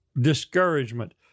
discouragement